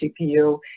CPU